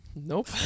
nope